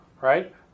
Right